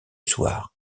soir